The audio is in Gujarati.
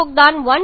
661 આપે છે